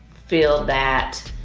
feel that